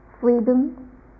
freedom